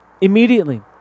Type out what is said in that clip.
Immediately